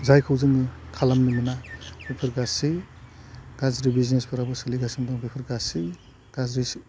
जायखौ जोङो खालामनो मोना बेफोर गासै गाज्रि बिजनेसफोराबो सोलिगासिनो दं बेफोर गासै गाज्रि